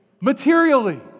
materially